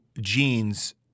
genes